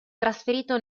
trasferito